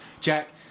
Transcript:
Jack